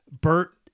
Bert